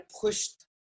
pushed